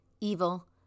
evil